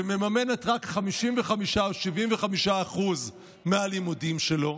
ומממנת רק 55% או 75% מהלימודים שלו,